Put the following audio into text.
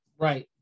Right